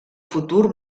futur